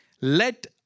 Let